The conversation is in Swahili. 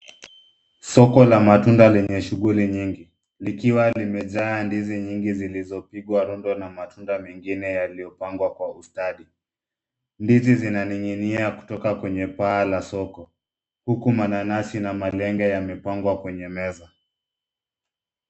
Soko la matunda lenye shughuli nyingi, likiwa limejaa ndizi nyingi zilizopigwa rundo na matunda mengine yaliyopangwa kwa ustadi. Ndizi zinaning'inia kutoka kwenye paa la soko, huku mananasi na malenge yamepangwa kwenye meza.